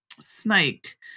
snake